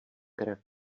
krev